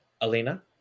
Alina